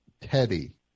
Teddy